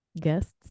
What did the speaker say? guests